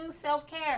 self-care